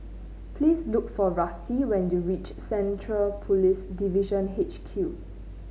please look for Rusty when you reach Central Police Division H Q